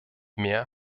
mehr